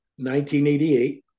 1988